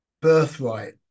Birthright